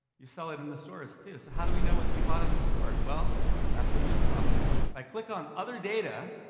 you sell it in the stores too, so how do we know what you bought in the store? well that's where mulesoft comes in, if i click on other data,